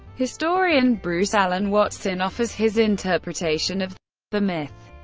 historian bruce allen watson offers his interpretation of the myth,